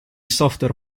software